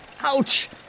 Ouch